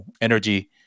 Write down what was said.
energy